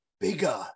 Bigger